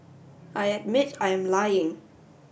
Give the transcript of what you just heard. I admit I am lying